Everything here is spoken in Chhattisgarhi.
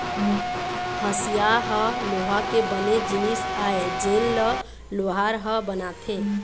हँसिया ह लोहा के बने जिनिस आय जेन ल लोहार ह बनाथे